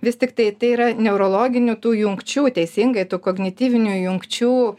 vis tiktai tai yra neurologinių tų jungčių teisingai tų kognityvinių jungčių